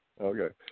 Okay